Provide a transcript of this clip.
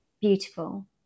beautiful